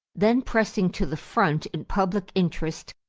then pressing to the front in public interest,